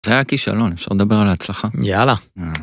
זה היה כישלון, אפשר לדבר על ההצלחה? יאללה.